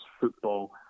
football